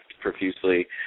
profusely